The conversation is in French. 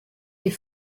est